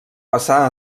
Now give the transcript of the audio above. passar